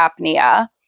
apnea